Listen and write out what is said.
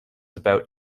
about